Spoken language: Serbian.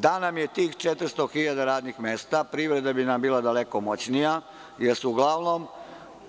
Da nam je tih 400.000 radnih mesta, privreda bi bila daleko moćnija, jer su uglavnom